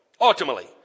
ultimately